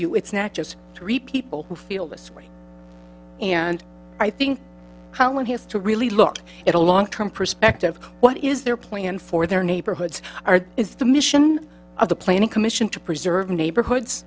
you it's not just three people who feel this way and i think one has to really look at a long term perspective what is their plan for their neighborhoods are is the mission of the planning commission to preserve neighborhoods